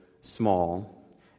small